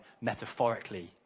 metaphorically